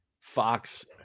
Fox